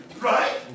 Right